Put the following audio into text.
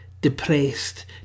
depressed